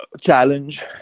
Challenge